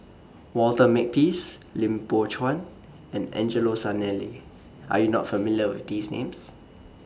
Walter Makepeace Lim Biow Chuan and Angelo Sanelli Are YOU not familiar with These Names